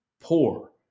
poor